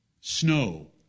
snow